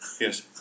Yes